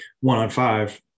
one-on-five